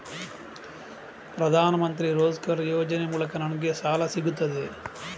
ಪ್ರದಾನ್ ಮಂತ್ರಿ ರೋಜ್ಗರ್ ಯೋಜನೆ ಮೂಲಕ ನನ್ಗೆ ಸಾಲ ಸಿಗುತ್ತದೆಯೇ?